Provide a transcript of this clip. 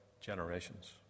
generations